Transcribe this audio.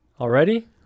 already